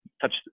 touch